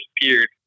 disappeared